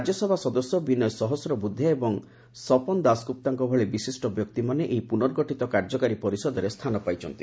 ରାଜ୍ୟସଭା ସଦସ୍ୟ ବିନୟ ସହସ୍ରବୂଦ୍ଧେ ଏବଂ ସ୍ୱପନ ଦାସଗ୍ରପ୍ତାଙ୍କ ଭଳି ବିଶିଷ୍ଟ ବ୍ୟକ୍ତିମାନେ ଏହି ପ୍ରନର୍ଗଠିତ କାର୍ଯ୍ୟକାରୀ ପରିଷଦରେ ସ୍ଥାନ ପାଇଛନ୍ତି